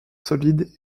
solide